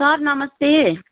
sir नमस्ते